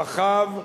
רחב,